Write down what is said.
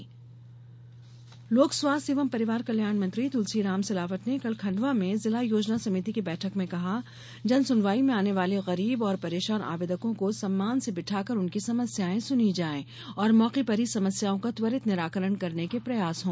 तुलसीराम सिलावट लोक स्वास्थ्य एवं परिवार कल्याण मंत्री तुलसीराम सिलावट ने कल खण्डवा में जिला योजना समिति की बैठक में कहा कि जन सुनवाई में आने वाले गरीब और परेशान आवेदकों को सम्मान से बिठाकर उनकी समस्याएं सुनी जायें और मौके पर ही समस्याओं का त्वरित निराकरण करने के प्रयास हों